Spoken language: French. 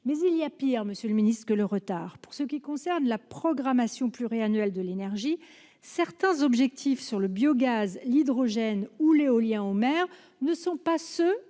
ministre, il y a pire que le retard. Pour ce qui concerne la programmation pluriannuelle de l'énergie, certains objectifs sur le biogaz, l'hydrogène ou l'éolien en mer ne sont pas ceux